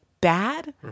bad